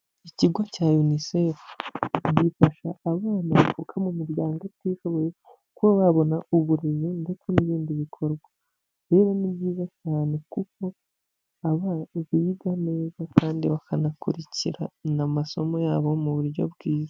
Ikigo cya Yunisefu gifasha abana bavuka mu miryango itishoboye kuba babona uburezi ndetse n'ibindi bikorwa, rero ni byiza cyane kuko abana biga neza kandi bakanakurikirana amasomo yabo mu buryo bwiza.